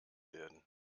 werden